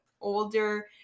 older